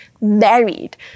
married